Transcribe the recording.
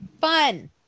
Fun